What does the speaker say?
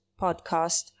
podcast